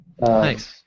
Nice